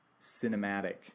cinematic